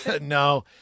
No